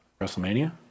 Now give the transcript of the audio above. WrestleMania